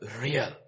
real